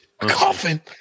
Coffin